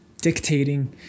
Dictating